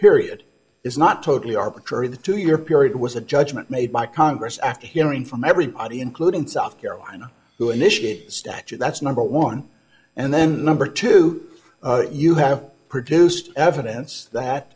period is not totally arbitrary the two year period was a judgment made by congress after hearing from everybody including south carolina who initiated the statute that's number one and then number two you have produced evidence that